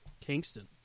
Kingston